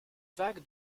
vague